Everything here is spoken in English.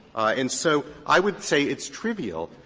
and so i would say it's trivial.